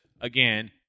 again